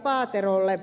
paaterolle